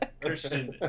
Christian